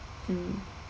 mm